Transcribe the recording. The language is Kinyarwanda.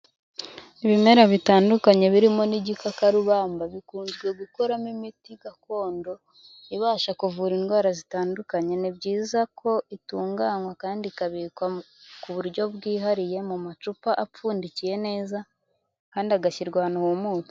Ibimera bitandukanye birimo n'igikakarubamba, bikunzwe gukoramo imiti gakondo, ibasha kuvura indwara zitandukanye. Ni byiza ko itunganywa kandi ikabikwa ku buryo bwihariye, mu macupa apfundikiye neza kandi agashyirwa ahantu humutse.